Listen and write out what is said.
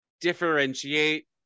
differentiate